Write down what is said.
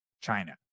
china